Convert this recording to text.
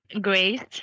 Grace